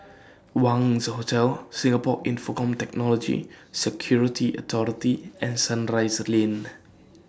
Wangz Hotel Singapore Infocomm Technology Security Authority and Sunrise Lane